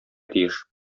тиеш